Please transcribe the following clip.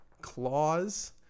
claws